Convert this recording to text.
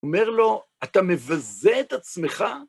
אומר לו, אתה מבזה את עצמך?